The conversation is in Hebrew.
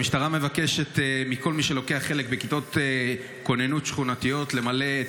המשטרה מבקשת מכל מי שלוקח חלק בכיתות כוננויות שכונתיות למלא את